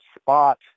spot